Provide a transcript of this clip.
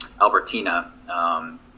albertina